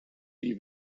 die